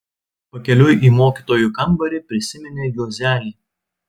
pakeliui į mokytojų kambarį prisiminė juozelį